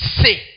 say